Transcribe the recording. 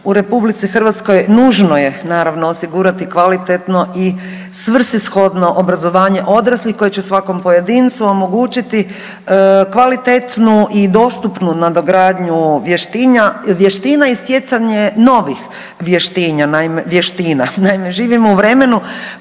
je važno jer u RH nužno je, naravno, osigurati kvalitetno i svrsishodno obrazovanje odraslih koje će svakom pojedincu omogućiti kvalitetnu i dostupnu nadogradnju vještina i stjecanje novih vještina. Naime, živimo u vremenu